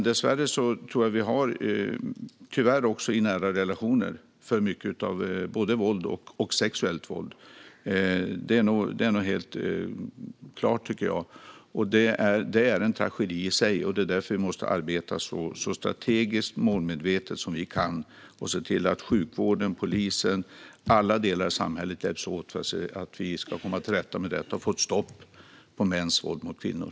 Dessvärre finns det också i nära relationer både våld och sexuellt våld. Det är en tragedi i sig, och därför måste vi arbeta så strategiskt och målmedvetet som vi kan och se till att sjukvården, polisen och alla delar av samhället hjälps åt för att vi ska komma till rätta med detta och få ett stopp på mäns våld mot kvinnor.